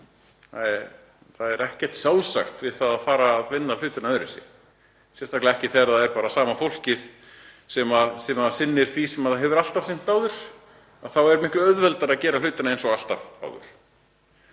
Það er ekkert sjálfsagt við það að fara að vinna hlutina öðruvísi, sérstaklega ekki þegar það er sama fólkið sem sinnir því sem það hefur alltaf sinnt áður. Þá er miklu auðveldara að gera hlutina eins og alltaf áður.